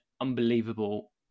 unbelievable